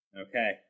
Okay